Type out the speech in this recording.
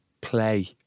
play